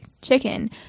chicken